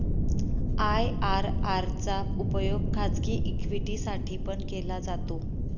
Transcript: IRR चा उपयोग खाजगी इक्विटी साठी पण केला जातो